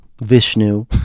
Vishnu